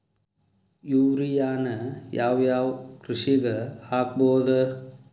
ಯೂರಿಯಾನ ಯಾವ್ ಯಾವ್ ಕೃಷಿಗ ಹಾಕ್ಬೋದ?